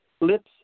Lips